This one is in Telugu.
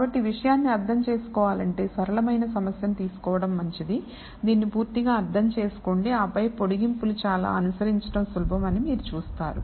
కాబట్టి విషయాన్ని అర్థం చేసుకోవాలంటే సరళమైన సమస్యను తీసుకోవడం మంచిది దీన్ని పూర్తిగా అర్థం చేసుకోండి ఆపై పొడిగింపులు చాలా అనుసరించడం సులభం అని మీరు చూస్తారు